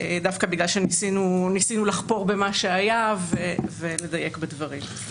דווקא בגלל שניסינו לחפור במה שהיה ולדייק בדברים.